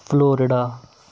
Florida